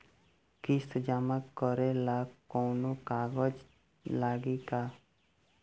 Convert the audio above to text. किस्त जमा करे ला कौनो कागज लागी का?